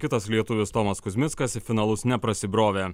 kitas lietuvis tomas kuzmickas į finalus neprasibrovė